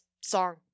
song